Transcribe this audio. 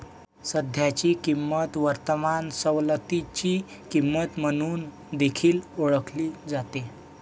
सध्याची किंमत वर्तमान सवलतीची किंमत म्हणून देखील ओळखली जाते